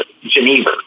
Geneva